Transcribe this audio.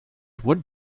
would